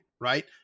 right